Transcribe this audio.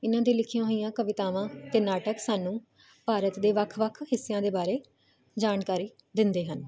ਇਹਨਾਂ ਦੀ ਲਿਖੀਆਂ ਹੋਈਆਂ ਕਵਿਤਾਵਾਂ ਤੇ ਨਾਟਕ ਸਾਨੂੰ ਭਾਰਤ ਦੇ ਵੱਖ ਵੱਖ ਹਿੱਸਿਆਂ ਦੇ ਬਾਰੇ ਜਾਣਕਾਰੀ ਦਿੰਦੇ ਹਨ